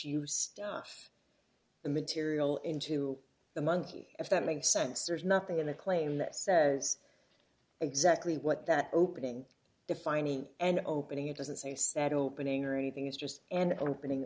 you stuffed the material into the monkey if that makes sense there's nothing in the claim that says exactly what that opening defining and opening it doesn't say set opening or anything it's just an opening